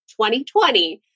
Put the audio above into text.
2020